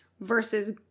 versus